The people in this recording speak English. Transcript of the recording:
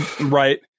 right